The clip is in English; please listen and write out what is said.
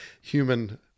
human